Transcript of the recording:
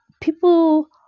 People